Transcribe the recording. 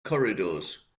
corridors